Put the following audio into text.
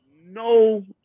no